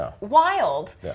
Wild